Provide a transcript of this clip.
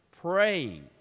praying